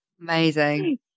Amazing